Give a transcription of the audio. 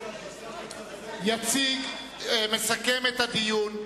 7). מסכם את הדיון,